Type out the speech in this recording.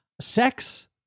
Sex